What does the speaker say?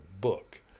book